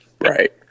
right